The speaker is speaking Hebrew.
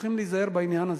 וצריכים להיזהר בעניין הזה.